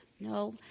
No